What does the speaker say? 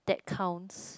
that counts